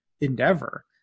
endeavor